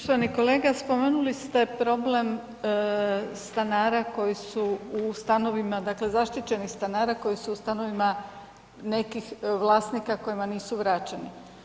Poštovani kolega, spomenuli ste problem stanara koji su u stanovima, dakle zaštićenih stanara koji su u stanovima nekih vlasnika kojima nisu vraćeni.